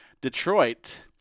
Detroit